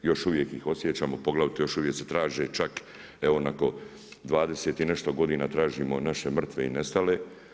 Još uvijek ih osjećamo, poglavito još uvijek se traže, čak evo nakon 20 i nešto godina tražimo naše mrtve i nestale.